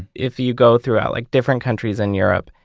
if you go throughout like different countries in europe,